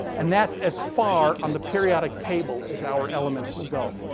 and that's as far on the periodic table as our elements will go.